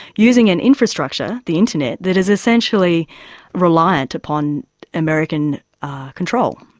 using an infrastructure the internet that is essentially reliant upon american control,